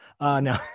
No